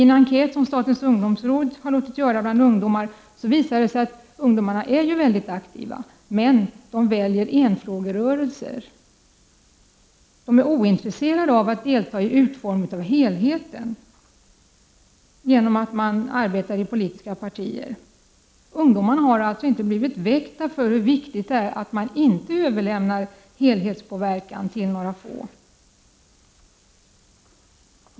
En enkät som statens ungdomsråd låtit göra bland ungdomar visar att dessa är väldigt aktiva, men de väljer ofta en enfrågerörelse. De är ointresserade av att delta i utformningen av helheten genom arbete i politiska partier. Ungdomarna har inte blivit väckta och fått insikt om hur viktigt det är att man inte överlämnar helhetspåverkan till några få.